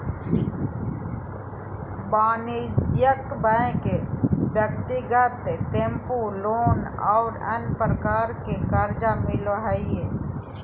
वाणिज्यिक बैंक ब्यक्तिगत tempo loan और अन्य प्रकार के कर्जा मिलो हइ